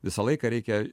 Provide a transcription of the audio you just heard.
visą laiką reikia